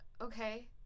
Okay